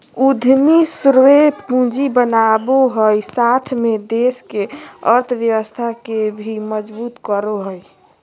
उद्यमी स्वयं पूंजी बनावो हइ साथ में देश के अर्थव्यवस्था के भी मजबूत करो हइ